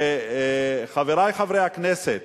וחברי חברי הכנסת,